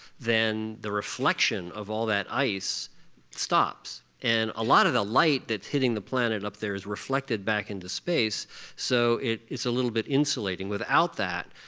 then the reflection of all that ice stops and a lot of the light that's hitting the planet up there is reflected back into space so it's a little bit insulating. without that,